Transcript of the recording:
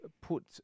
put